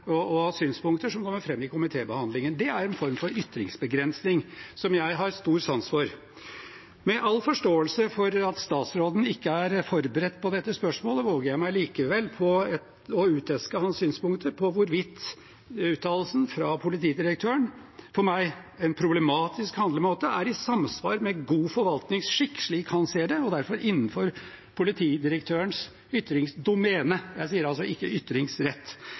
holdninger og synspunkter som kommer fram i komitébehandlingen. Det er en form for ytringsbegrensning, som jeg har stor sans for. Med all forståelse for at statsråden ikke er forberedt på dette spørsmålet, våger jeg meg likevel på å uteske hans synspunkter på hvorvidt uttalelsen fra politidirektøren – for meg en problematisk handlemåte – er i samsvar med god forvaltningsskikk, slik han ser det, og derfor innenfor politidirektørens ytringsdomene, jeg sier altså ikke ytringsrett.